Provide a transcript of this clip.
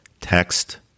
text